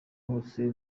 hose